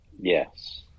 Yes